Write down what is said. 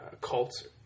cult